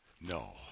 no